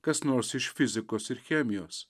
kas nors iš fizikos ir chemijos